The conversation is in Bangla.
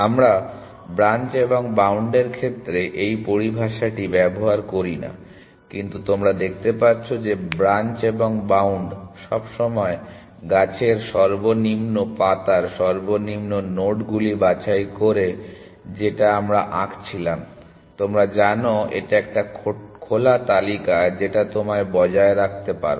আমরা ব্রাঞ্চ এবং বাউন্ড এর ক্ষেত্রে এই পরিভাষাটি ব্যবহার করি না কিন্তু তোমরা দেখতে পাচ্ছ যে ব্রাঞ্চ এবং বাউন্ড সবসময় গাছের সর্বনিম্ন পাতার সর্বনিম্ন নোডগুলি বাছাই করে যেটা আমরা আঁকছিলাম তোমরা জানো এটা একটা খোলা তালিকা যেটা তোমরা বজায় রাখতে পারো